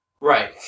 Right